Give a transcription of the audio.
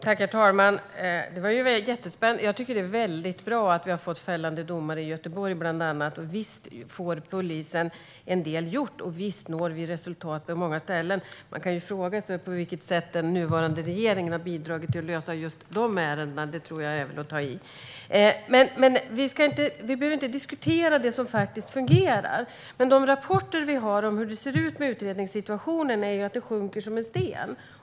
Herr talman! Jag tycker att det är väldigt bra att vi har fått fällande domar i bland annat Göteborg. Visst får polisen en del gjort, och visst når vi resultat på många ställen. Man kan fråga sig på vilket sätt den nuvarande regeringen har bidragit till att lösa just de ärendena. Det tror jag är att ta i. Vi behöver inte diskutera det som faktiskt fungerar. De rapporter vi har om hur det ser ut med utredningssituationen visar att den sjunker som en sten.